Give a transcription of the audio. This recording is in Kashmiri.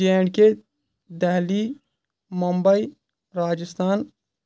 J and K Delhi Mumbai Rajasthan